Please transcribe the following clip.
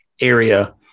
area